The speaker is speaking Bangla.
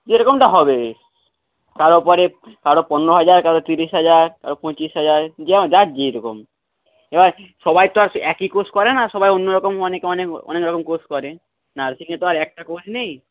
যেরকমটা হবে তার উপরে কারো পনেরো হাজার কারো তিরিশ হাজার কারো পঁচিশ হাজার যার যেরকম এবার সবাই তো আর একই কোর্স করে না সবাই অন্যরকম অনেকে অনেক অনেক রকম কোর্স করে নার্সিং এ তো আর একটা কোর্স নেই